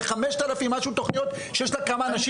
ל-5,000 ומשהו תוכניות שיש לו כמה אנשים?